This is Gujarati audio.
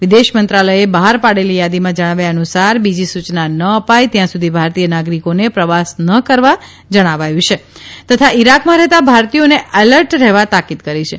વિદેશ મંત્રાલયે બહાર પાડેલી થાદીમાં જણાવ્યા અનુસાર બીજી સૂચના ના અપાય ત્યાં સુધી ભારતીય નાગરિકોને પ્રવાસ ન કરવા જણાવ્યું છે તથા ઇરાકમાં રહેતા ભારતીયોને એલર્ટ રહેવા તાકીદ કરી છે